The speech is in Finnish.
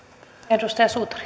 arvoisa